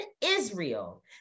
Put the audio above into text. Israel